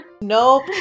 nope